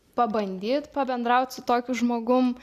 pabandyt pabendraut su tokiu žmogum